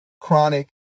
chronic